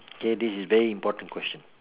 K this is very important question